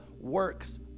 works